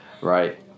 right